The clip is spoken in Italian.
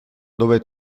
dove